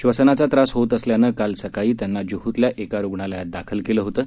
श्वसनाचा त्रास होत असल्यानं काल सकाळी त्यांना जुहूतल्या एका रुग्णालयात दाखल केलं होतं